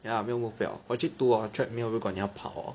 ya 没有目标我去读 hor treadmill 如果你要跑 hor